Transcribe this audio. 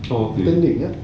bertanding